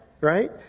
right